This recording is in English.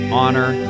honor